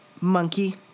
monkey